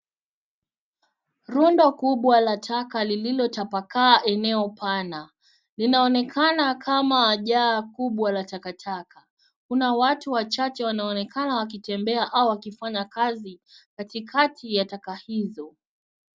Rundo kubwa la taka lililotapakaa eneo pana. Linaonekana kama jaa kubwa la takataka. Kuna watu wachache wanaonekana wakitembea au wakifanya kazi katikati ya taka hizo.